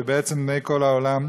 ובעצם בני כל העולם,